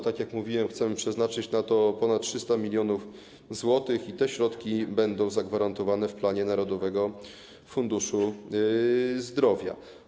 Tak jak mówiłem, chcemy przeznaczyć na to ponad 300 mln zł i te środki będą zagwarantowane w planie Narodowego Funduszu Zdrowia.